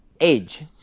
age